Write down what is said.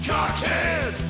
Cockhead